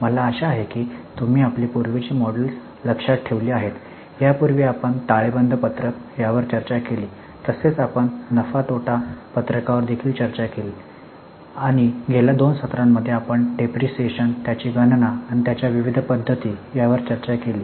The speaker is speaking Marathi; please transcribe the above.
मला आशा आहे की तुम्ही आपली पूर्वीची मॉड्यूल्स लक्षात ठेवली आहेत यापूर्वी आपण ताळेबंद पत्रक यावर चर्चा केली तसेच आपण नफा नफा तोटा पत्रकावर देखील चर्चा केली आणि गेल्या दोन सत्रांमध्ये आपण डिप्रीशीएशन त्याची गणना आणि त्याच्या विविध पद्धती यावर चर्चा केली